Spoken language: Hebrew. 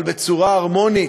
אבל בצורה הרמונית,